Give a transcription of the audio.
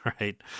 right